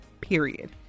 period